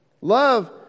Love